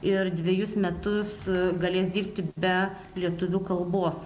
ir dvejus metus galės dirbti be lietuvių kalbos